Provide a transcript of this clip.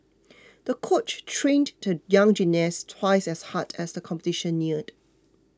the coach trained the young gymnast twice as hard as the competition neared